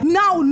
now